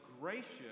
gracious